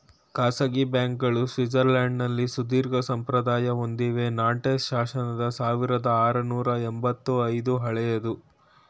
ಖಾಸಗಿ ಬ್ಯಾಂಕ್ಗಳು ಸ್ವಿಟ್ಜರ್ಲ್ಯಾಂಡ್ನಲ್ಲಿ ಸುದೀರ್ಘಸಂಪ್ರದಾಯ ಹೊಂದಿವೆ ನಾಂಟೆಸ್ ಶಾಸನದ ಸಾವಿರದಆರುನೂರು ಎಂಬತ್ತ ಐದು ಹಳೆಯದು